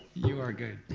you are good.